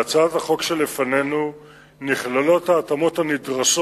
בהצעת החוק שלפנינו נכללות ההתאמות הנדרשות